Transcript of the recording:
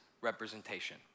representation